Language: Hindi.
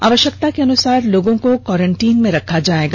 आवष्यकता के अनुसार लोगों को क्वारेन्टीन में रखा जाएगा